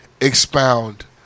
expound